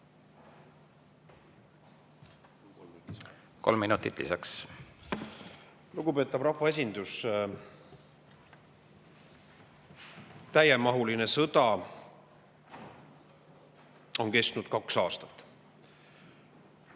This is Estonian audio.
Kolm minutit lisaks. Lugupeetav rahvaesindus! Täiemahuline sõda on kestnud kaks aastat.